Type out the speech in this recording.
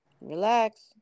Relax